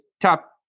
top